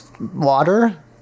Water